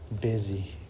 busy